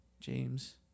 James